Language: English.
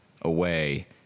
away